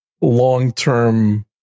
long-term